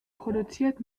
produziert